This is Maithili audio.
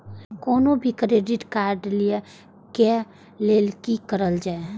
कोनो भी क्रेडिट कार्ड लिए के लेल की करल जाय?